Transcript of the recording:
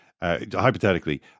hypothetically